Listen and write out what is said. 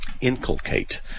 inculcate